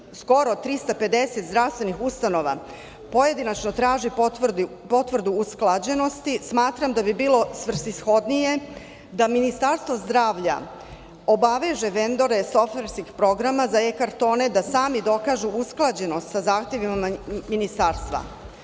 skoro 350 zdravstvenih ustanova pojedinačno traži potvrdu usklađenosti. Smatram da bi bilo svrsishodnije da Ministarstvo zdravlja obaveže vendore softverskih programa za E-kartone da sami dokažu usklađenost sa zahtevima ministarstva.